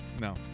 No